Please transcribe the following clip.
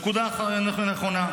נקודה נכונה.